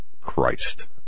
Christ